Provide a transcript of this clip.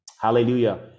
Hallelujah